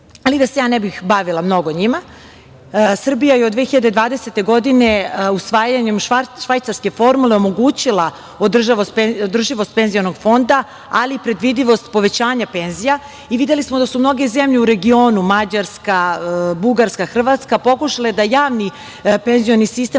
sveta. Da se ne bih bavila mnogo njima, Srbija je od 2020. godine usvajanjem švajcarske formule omogućila održivost penzionog fonda, ali i predvidivost povećanja penzija. Videli smo da su mnoge zemlje u regionu, Mađarska, Bugarska, Hrvatska, pokušale da javni penzioni sistem